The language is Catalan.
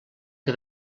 que